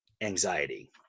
anxiety